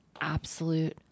absolute